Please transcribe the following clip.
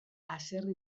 haserre